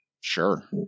Sure